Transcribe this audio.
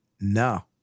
no